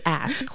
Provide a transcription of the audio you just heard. ask